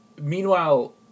Meanwhile